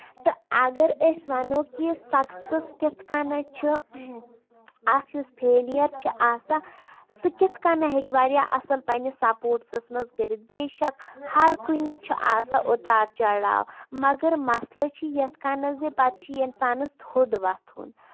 تہٕ اَگر أسۍ وَنو کہِ سَکسیٚس کِتھ کَنیتھ چھِ اَتھ یُس فیلیر چھُ آسان سُہ کِتھ کَنۍ ہیٚکہِ واریاہ اَصٕل پَنٕنِس سَپوٹسس منٛز کٔرِتھ بے شک ہَر کُنہِ چھُ آسان اُتار چڑاو مَگر مَسلہٕ چھُ یِتھۍ کَنن زِ پَتہٕ چھُ اِنسانَس تھوٚد وۄتُھن